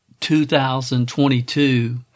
2022